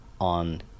on